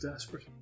Desperate